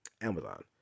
amazon